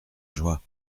joie